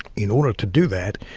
in order to do that,